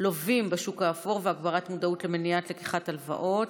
לווים בשוק האפור והגברת מודעות למניעת לקיחת ההלוואות,